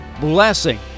blessing